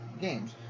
games